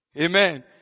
Amen